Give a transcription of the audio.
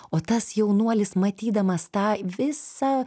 o tas jaunuolis matydamas tą visą